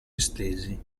estesi